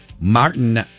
Martin